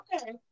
Okay